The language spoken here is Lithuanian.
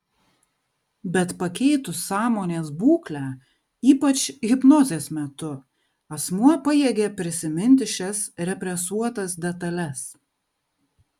bet pakeitus sąmonės būklę ypač hipnozės metu asmuo pajėgia prisiminti šias represuotas detales